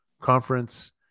conference